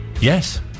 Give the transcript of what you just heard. Yes